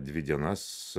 dvi dienas